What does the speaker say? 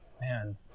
man